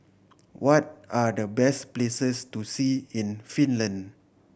what are the best places to see in Finland